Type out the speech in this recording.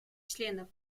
членов